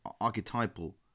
archetypal